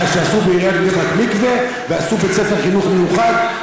עשו בעיריית בני-ברק מקווה ועשו בית-ספר לחינוך מיוחד.